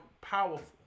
powerful